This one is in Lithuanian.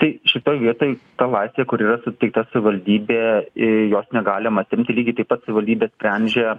tai šitoj vietoj ta vacija kur yra suteikta savivaldybė i jos negalima atimti lygiai taip pat savivaldybė sprendžia